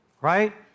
right